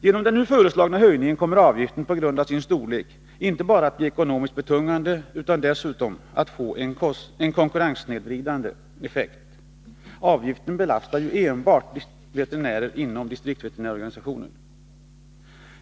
Genom den nu föreslagna höjningen kommer avgiften på grund av sin storlek inte bara att bli ekonomiskt betungande utan också att få en konkurrenssnedvridande effekt. Avgiften belastar ju enbart veterinärer inom distriktsveterinärorganisationen.